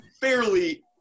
fairly